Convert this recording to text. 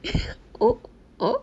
oh oh